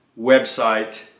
website